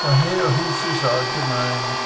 daher hieß es allgemein